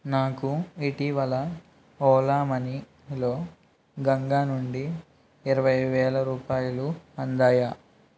నాకు ఇటీవల Ola money హలో గంగా నుండి ఇరవైవేల రూపాయలు అందాయా